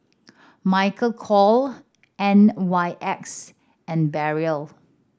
Michael Kors N Y X and Barrel